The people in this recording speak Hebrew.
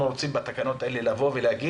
אנחנו רוצים בתקנות האלה להגיד: